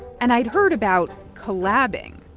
and i'd heard about collabing.